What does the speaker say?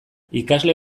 ikasle